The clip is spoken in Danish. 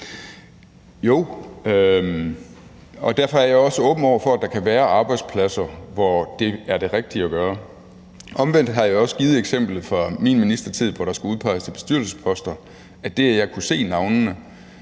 derfor er jeg også åben over for, at der kan være arbejdspladser, hvor det er det rigtige at gøre. Omvendt har jeg også givet eksemplet fra min ministertid, hvor der skulle udpeges folk til bestyrelsesposter, og hvor det, at jeg kunne se navnene,